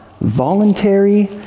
voluntary